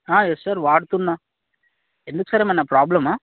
yes sir వాడుతున్నాను ఎందుకు sir ఏమన్న ప్రాబ్లమా